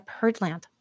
Herdland